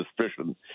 suspicion